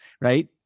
right